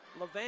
LeVan